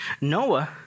Noah